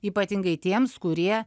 ypatingai tiems kurie